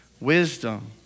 Wisdom